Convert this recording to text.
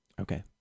Okay